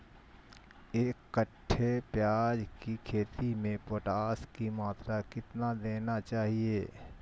एक कट्टे प्याज की खेती में पोटास की मात्रा कितना देना चाहिए?